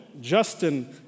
Justin